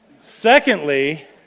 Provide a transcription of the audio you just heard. Secondly